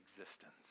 existence